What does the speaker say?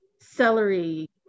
celery